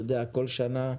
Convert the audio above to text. אתה יודע, כל שנה,